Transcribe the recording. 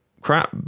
crap